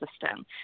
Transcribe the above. system